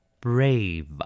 brave